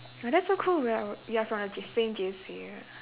but that's so cool we're we are from the J same J_C